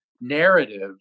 narrative